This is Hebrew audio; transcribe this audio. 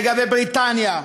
לגבי בריטניה,